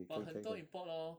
but 很多 import lor